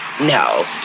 No